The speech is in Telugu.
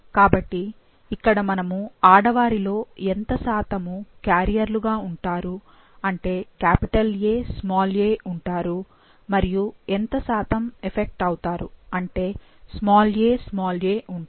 కాబట్టి ఇక్కడ మనము ఆడవారిలో ఎంత శాతము క్యారియర్లు గా ఉంటారు అంటే Aa ఉంటారు మరియు ఎంత శాతం ఎఫెక్ట్ అవుతారు అంటే aa ఉంటారు